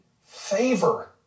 favor